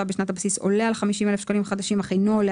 בשנת הבסיס עול על 50 אלף שקלים חדשים אך אינו עולה